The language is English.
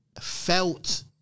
felt